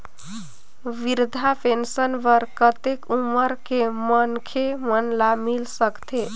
वृद्धा पेंशन बर कतेक उम्र के मनखे मन ल मिल सकथे?